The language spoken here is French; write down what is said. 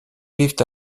vivent